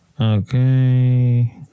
Okay